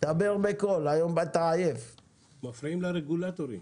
מפריעים לרגולטורים,